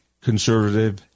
conservative